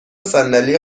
صندلی